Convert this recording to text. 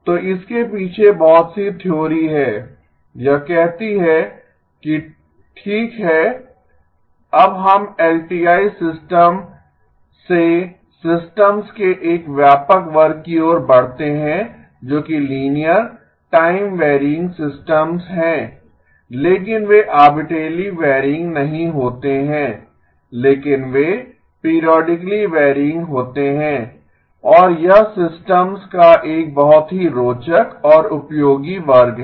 तो इसके पीछे बहुत सी थ्योरी है यह कहती है ठीक है अब हम एलटीआई सिस्टम्स से सिस्टम्स के एक व्यापक वर्ग की ओर बढ़ते हैं जो कि लीनियर टाइम वैरयिंग सिस्टम्स हैं लेकिन वे आर्बिट्रेली वैरयिंग नहीं होते हैं लेकिन वे पीरिऑडिकली वैरयिंग होते हैं और यह सिस्टम्स का एक बहुत ही रोचक और उपयोगी वर्ग है